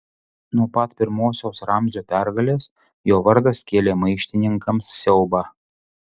nuo pat pirmosios ramzio pergalės jo vardas kėlė maištininkams siaubą